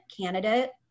candidate